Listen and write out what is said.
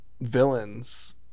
villains